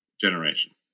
generation